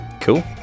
Cool